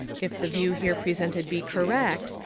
if the view here presented be correct,